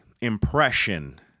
impression